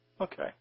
Okay